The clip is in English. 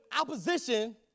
opposition